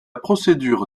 procédure